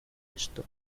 esto